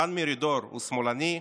דן מרידור, הוא שמאלני?